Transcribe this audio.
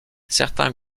certains